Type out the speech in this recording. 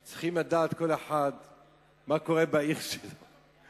כל אחד צריך לדעת מה קורה בעיר שלו.